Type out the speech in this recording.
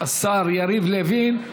השר יריב לוין.